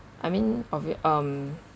I mean obviou~ um